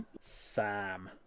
Sam